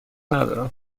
ندارم